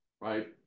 right